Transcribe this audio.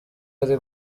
ari